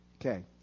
Okay